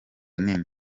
nini